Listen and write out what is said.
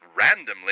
randomly